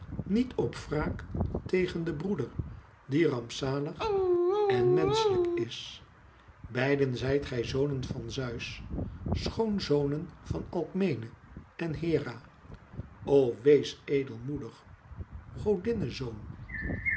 niet op wraak tegen den broeder die rampzalig en menschelijk is beiden zijt gij zonen van zeus schoon zonen van alkmene en hera o wees edelmoedig godinne zoon